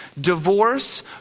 divorce